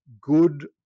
good